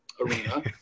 arena